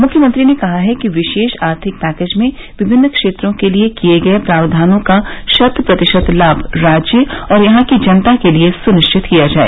मुख्यमंत्री ने कहा कि विशेष आर्थिक पैकेज में विभिन्न क्षेत्रों के लिए किये गए प्रावधानों का शत प्रतिशत लाभ राज्य और यहां की जनता के लिए सुनिश्चित किया जाए